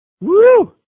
Woo